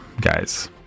guys